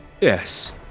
yes